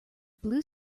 blue